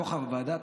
יושב-ראש הוועדה